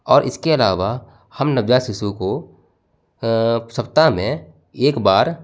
और इसके अलावा हम नवजात शिशु को सप्ताह में एक बार